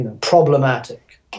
problematic